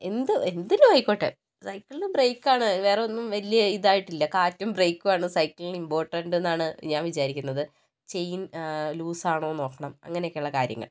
എന്ത് എന്തിനോ ആയിക്കോട്ടെ സൈക്കിളിന് ബ്രേക്ക് ആണ് വേറൊന്നും വലിയ ഇതായിട്ട് ഇല്ല കാറ്റും ബ്രേക്കുമാണ് സൈക്കിളിന് ഇമ്പോർട്ടൻറ്റ് എന്നാണ് ഞാൻ വിചാരിക്കുന്നത് ചെയിൻ ലൂസ് ആണോന്ന് നോക്കണം അങ്ങനെയൊക്കെയുള്ള കാര്യങ്ങൾ